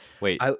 Wait